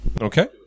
Okay